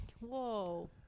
Whoa